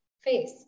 face